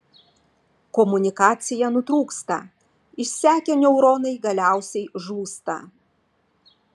komunikacija nutrūksta išsekę neuronai galiausiai žūsta